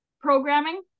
programming